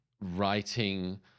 writing